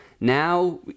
Now